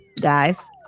guys